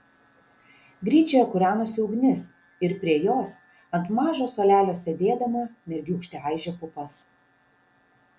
gryčioje kūrenosi ugnis ir prie jos ant mažo suolelio sėdėdama mergiūkštė aižė pupas